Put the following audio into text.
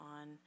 on